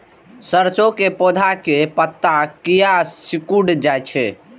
सरसों के पौधा के पत्ता किया सिकुड़ जाय छे?